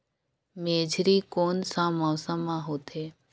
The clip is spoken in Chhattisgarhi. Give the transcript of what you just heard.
मेझरी कोन सा मौसम मां होथे?